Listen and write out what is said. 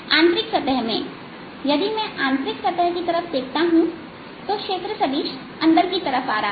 आंतरिक सतह में यदि मैं आंतरिक सतह की तरफ देखता हूं तो क्षेत्र सदिश अंदर की तरफ आ रहा है